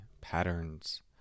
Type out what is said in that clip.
patterns